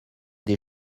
des